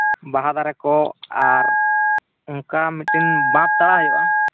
ᱵᱟᱦᱟ ᱫᱟᱨᱮᱠᱚ ᱟᱨ ᱚᱱᱠᱟ ᱢᱤᱫᱴᱮᱱ ᱵᱟᱸᱫᱷ ᱛᱟᱲᱟᱣ ᱦᱩᱭᱩᱜᱼᱟ